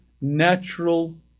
natural